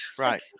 Right